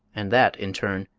and that, in turn,